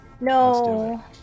no